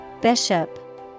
Bishop